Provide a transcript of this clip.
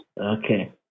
Okay